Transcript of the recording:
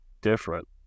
different